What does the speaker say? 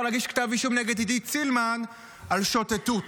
להגיש כתב אישום נגד עידית סילמן על שוטטות.